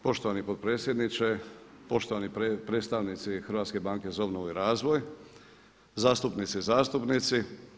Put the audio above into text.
Poštovani potpredsjedniče, poštovani predstavnici Hrvatske banke za obnovu i razvoj, zastupnice i zastupnici.